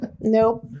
Nope